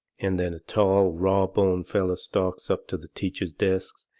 and then a tall, rawboned feller stalks up to the teacher's desk,